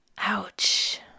Ouch